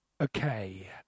Okay